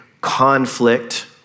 conflict